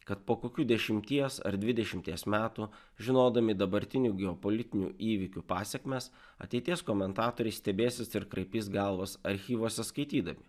kad po kokių dešimties ar dvidešimties metų žinodami dabartinių geopolitinių įvykių pasekmes ateities komentatoriai stebėsis ir kraipys galvas archyvuose skaitydami